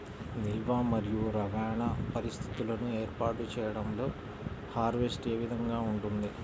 నిల్వ మరియు రవాణా పరిస్థితులను ఏర్పాటు చేయడంలో హార్వెస్ట్ ఏ విధముగా ఉంటుంది?